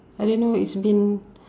I didn't know its been